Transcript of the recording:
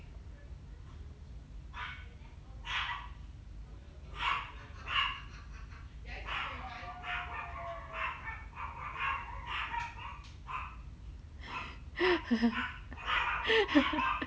I